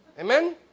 Amen